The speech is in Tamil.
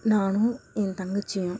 நானும் என் தங்கச்சியும்